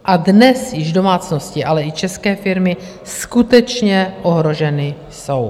A dnes již domácnosti, ale i české firmy skutečně ohroženy jsou.